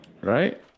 right